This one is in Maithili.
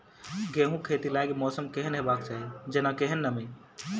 गेंहूँ खेती लागि मौसम केहन हेबाक चाहि जेना केहन नमी?